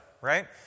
right